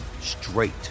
straight